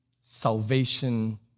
salvation